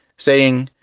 saying,